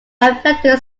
affected